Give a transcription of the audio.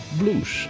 blues